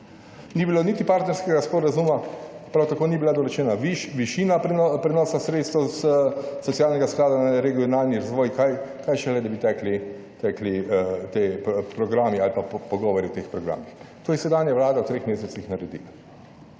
Ni bilo niti partnerskega sporazuma. Prav tako ni bila dorečena višina prenosa sredstev s socialnega sklada za regionalni razvoj, kaj šele, da bi tekli ti programi ali pa pogovori o teh programih. To je sedanja Vlada v treh mesecih naredila.